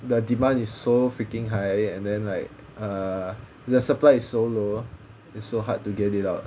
the demand is so freaking high and then like uh the supply is so low it's so hard to get it out